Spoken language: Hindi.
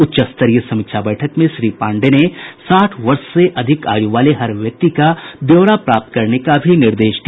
उच्चस्तरीय समीक्षा बैठक में श्री पांडेय ने साठ वर्ष से अधिक आयु वाले हर व्यक्ति का ब्यौरा प्राप्त करने का भी निर्देश दिया